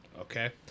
Okay